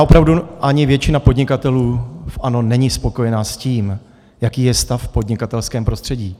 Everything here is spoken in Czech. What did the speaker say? Opravdu já ani většina podnikatelů v ANO není spokojena s tím, jaký je stav v podnikatelském prostředí.